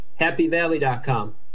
HappyValley.com